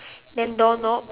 then doorknob